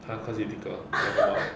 !huh! cause he tickle !walao!